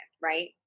right